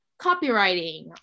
copywriting